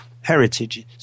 heritages